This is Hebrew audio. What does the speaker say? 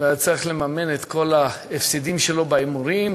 והיה צריך לממן את כל ההפסדים שלו בהימורים,